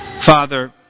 Father